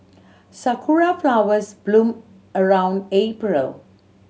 sakura flowers bloom around April